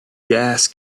gas